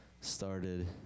started